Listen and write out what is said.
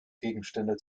gegenstände